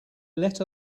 let